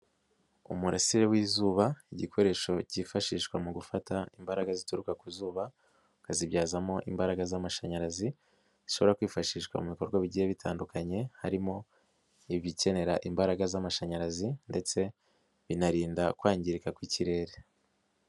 Umurasire w'izuba igikoresho cyifashishwa mu gufata imbaraga zituruka ku zuba, ukazibyazamo imbaraga z'amashanyarazi, zishobora kwifashishwa mu bikorwa bigiye bitandukanye, harimo ibikenera imbaraga z'amashanyarazi ndetse binarinda kwangirika kw'ikirere.